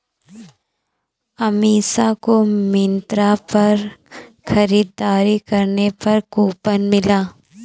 अमीषा को मिंत्रा पर खरीदारी करने पर कूपन मिला